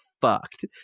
fucked